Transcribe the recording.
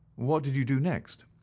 what did you do next?